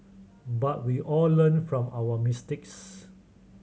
but we all learn from our mistakes